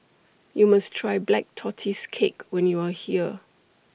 YOU must Try Black Tortoise Cake when YOU Are here